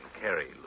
carry